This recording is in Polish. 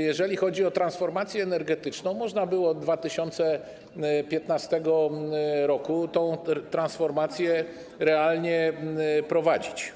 jeżeli chodzi o transformację energetyczną, można było od 2015 r. tę transformację realnie prowadzić.